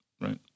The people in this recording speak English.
Right